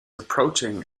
approaching